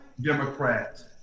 Democrats